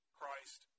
Christ